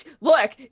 look